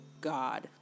God